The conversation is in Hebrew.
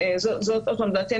זו עוד פעם דעתי,